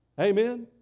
Amen